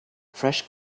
fresh